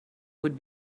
would